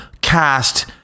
cast